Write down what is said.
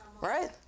Right